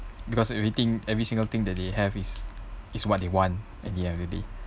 because everything every single thing that they have is is what they want at the end of the day